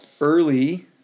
early